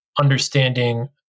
understanding